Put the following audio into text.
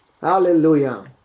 Hallelujah